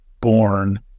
born